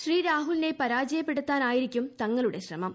ശ്രീ രാഹുലിനെ പരാജയപ്പെടുത്താനായിരിക്കും തങ്ങളുടെ ശ്രമം